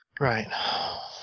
Right